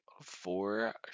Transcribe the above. four